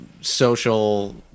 social